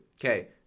Okay